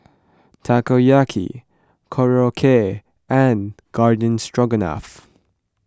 Takoyaki Korokke and Garden Stroganoff